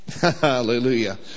Hallelujah